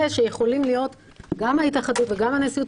שיכולים להיות גם ההתאחדות וגם הנשיאות.